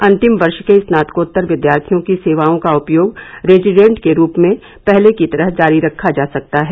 अंतिम वर्ष के स्नातकोत्तर विद्यार्थियों की सेवाओं का उपयोग रेजिडेंट के रूप में पहले की तरह जारी रखा जा सकता है